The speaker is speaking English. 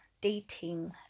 dating